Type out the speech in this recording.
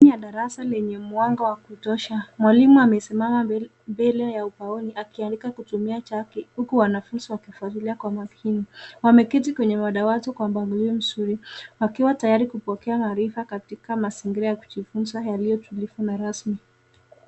Ndani ya darasa lenye mwanga wa kutosha, mwalimu amesimama mbele ya ubaoni akiandika kutumia chaki huku wanafunzi wakifuatilia kwa makini. Wameketi kwenye madawati kwa mpangilio mzuri wakiwa tayari kupokea maarifa katika mazingira ya kujifunza yaliyo tulivu na rasmi.